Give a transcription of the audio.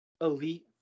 elite